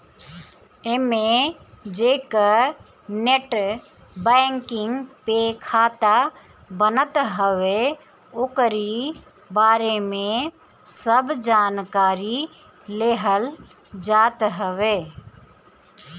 एमे जेकर net banking पे खाता बनत हवे ओकरी बारे में सब जानकारी लेहल जात हवे